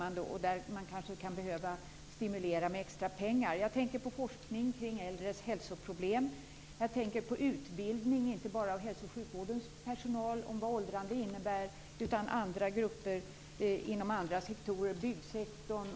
Man kanske därför kan behöva stimulera viss forskning med extra pengar. Jag tänker då på forskning kring äldres hälsoproblem, och jag tänker på utbildning om vad åldrande innebär, inte bara av hälso och sjukvårdens personal utan också av grupper inom andra sektorer, såsom byggsektorn.